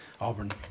Auburn